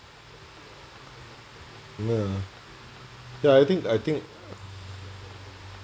ya I think I think